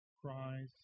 cries